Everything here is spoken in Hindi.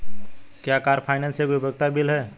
क्या कार फाइनेंस एक उपयोगिता बिल है?